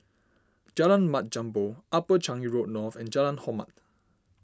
Jalan Mat Jambol Upper Changi Road North and Jalan Hormat